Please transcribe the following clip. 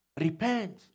Repent